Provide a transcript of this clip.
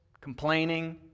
complaining